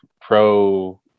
pro